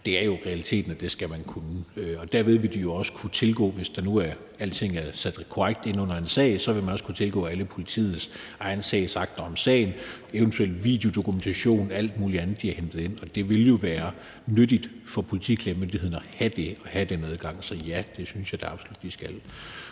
Det er jo realiteten, at det skal man kunne. Derved vil de jo også kunne tilgå det, og hvis alting nu er sat korrekt ind under en sag, vil man også kunne tilgå alle politiets egne sagsakter om sagen og eventuel videodokumentation og alt muligt andet, de har hentet ind, og det vil jo være nyttigt for Politiklagemyndigheden at have den adgang. Så ja, det synes jeg da absolut de skal